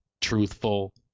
truthful